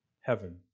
heaven